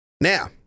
Now